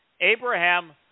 Abraham